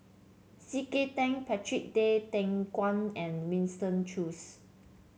C K Tang Patrick Tay Teck Guan and Winston Choos